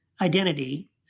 identity